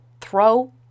Throw